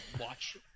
watch